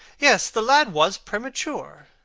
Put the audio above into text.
yes, the lad was premature.